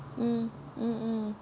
mm mm mm